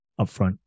upfront